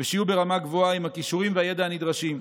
ושיהיו ברמה גבוהה, עם הכישורים והידע הנדרשים.